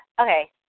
Okay